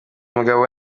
mugabo